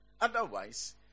Otherwise